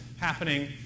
happening